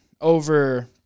over